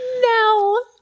No